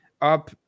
Up